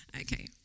Okay